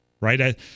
right